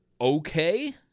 okay